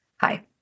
Hi